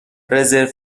رزرو